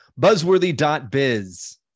buzzworthy.biz